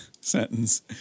sentence